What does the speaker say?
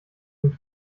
den